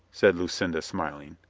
said lucinda, smiling.